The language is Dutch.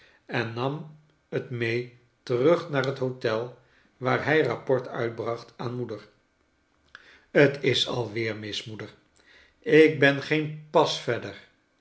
en nam het mee terug naar het hotel waar hij rapport uitbracht aan moeder t ftsalweer mis moeder ik ben geen pas verder